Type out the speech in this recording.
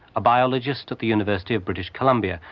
a biologist at the university of british columbia,